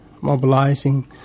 mobilizing